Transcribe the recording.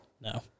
No